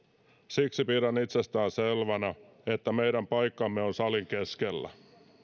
siksi pidän itsestäänselvänä että meidän paikkamme on salin keskellä